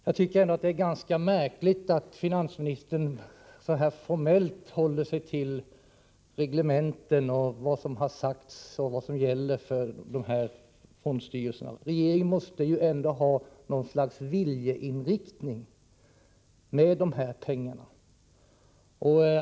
Jag tycker att det är ganska märkligt att finansministern så formellt håller sig till reglementen, till det som har sagts om vad som gäller för fondstyrelserna. Regeringen måste ju ändå ha något slags viljeinriktning när det gäller de här pengarna.